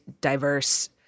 diverse